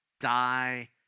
Die